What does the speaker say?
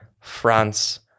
France